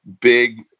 big